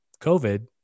COVID